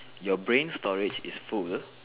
your brain storage is full